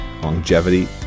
longevity